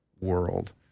world